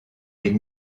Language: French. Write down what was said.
les